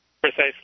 Precisely